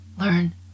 Learn